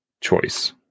choice